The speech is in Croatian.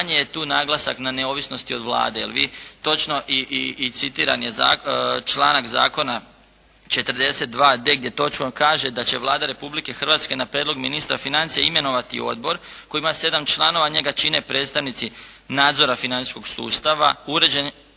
je tu naglasak na neovisnosti od Vlade. Jer vi točno, jer i citiran je članak zakona 42.d gdje točno kaže da će Vlada Republike Hrvatske na prijedlog ministra financija imenovati odbor koji ima sedam članova, a njega čine predstavnici nadzora financijskog sustava, …